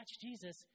Jesus